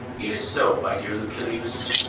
it is so, my dear lucilius.